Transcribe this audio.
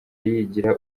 yigira